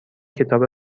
کتاب